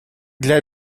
для